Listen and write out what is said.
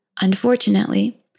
unfortunately